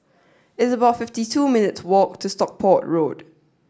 it's about fifty two minutes walk to Stockport Road